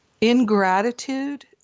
Ingratitude